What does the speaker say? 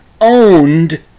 owned